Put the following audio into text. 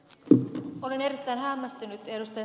olen erittäin hämmästynyt ed